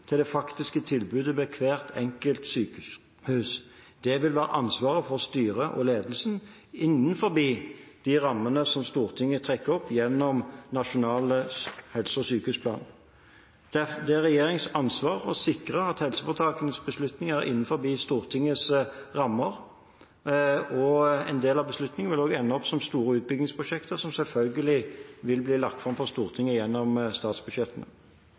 til det faktiske tilbudet ved hvert enkelt sykehus. Det vil være ansvaret til styret og ledelsen innen de rammene som Stortinget trekker opp gjennom nasjonal helse- og sykehusplan. Det er regjeringens ansvar å sikre at helseforetakenes beslutninger er innenfor Stortingets rammer. En del av beslutningene vil også ende opp som store utbyggingsprosjekter som selvfølgelig vil bli lagt fram for Stortinget gjennom statsbudsjettene.